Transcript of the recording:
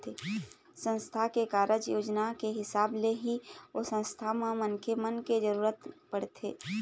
संस्था के कारज योजना के हिसाब ले ही ओ संस्था म मनखे मन के जरुरत पड़थे